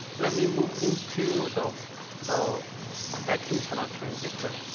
let me move into the the vacuum channel transistor.